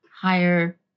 higher